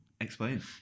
Explain